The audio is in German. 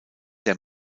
der